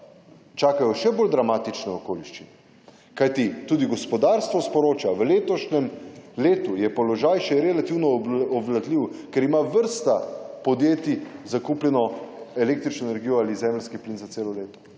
čakajo še bolj dramatične okoliščine, kajti tudi gospodarstvo sporoča v letošnjem letu je položaj še relativno obvladljiv, ker ima vrsta podjetij zakupljeno električno energijo ali zemeljski plin za celo leto,